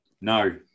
No